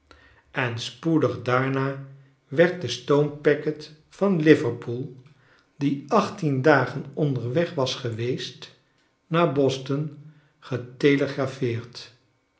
en spoedig daarna werd de stoompacket van liverpool die achttien dagen onderweg was geweest naar boston